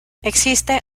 existe